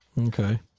okay